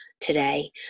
today